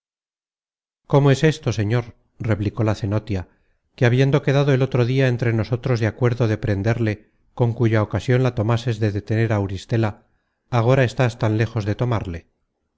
cómo es esto señor replicó la cenotia que habiendo quedado el otro dia entre nosotros de acuerdo de prenderle con cuya ocasion la tomases de detener á auristela agora estás tan lejos de tomarle